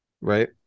Right